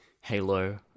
Halo